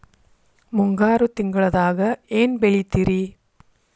ಮುಂಗಾರು ತಿಂಗಳದಾಗ ಏನ್ ಬೆಳಿತಿರಿ?